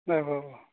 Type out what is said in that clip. औ औ